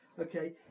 Okay